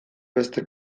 beste